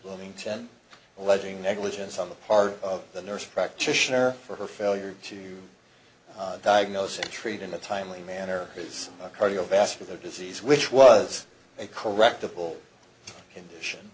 bloomington alleging negligence on the part of the nurse practitioner for her failure to diagnose and treat in a timely manner his cardiovascular disease which was a correct